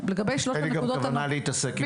ולגבי שלושת הנקודות --- אין לי גם כוונה להתעסק עם זה.